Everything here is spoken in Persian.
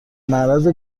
معرض